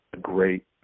great